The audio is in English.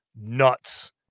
nuts